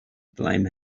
blame